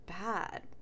bad